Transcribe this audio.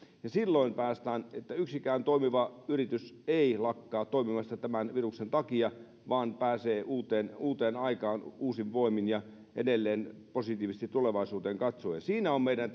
ja silloin päästään siihen että yksikään toimiva yritys ei lakkaa toimimasta tämän viruksen takia vaan pääsee uuteen uuteen aikaan uusin voimin ja edelleen positiivisesti tulevaisuuteen katsoen mielestäni siinä on meidän